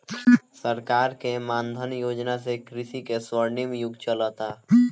सरकार के मान धन योजना से कृषि के स्वर्णिम युग चलता